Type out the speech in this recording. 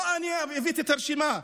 לא אני הבאתי את הרשימה,